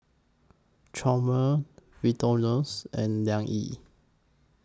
Chomel Victorinox and Liang Yi